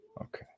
okay